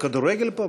מה זה, כדורגל פה?